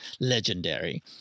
legendary